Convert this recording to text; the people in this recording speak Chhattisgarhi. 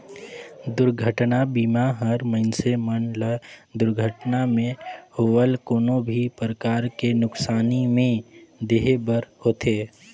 दुरघटना बीमा हर मइनसे मन ल दुरघटना मे होवल कोनो भी परकार के नुकसानी में देहे बर होथे